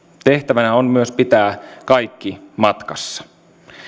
tehtävänä on myös pitää kaikki matkassa